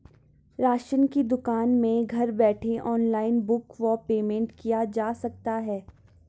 Ration की दुकान में घर बैठे ऑनलाइन बुक व पेमेंट किया जा सकता है?